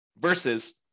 versus